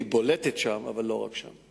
היא בולטת שם, אבל לא רק שם.